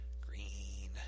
green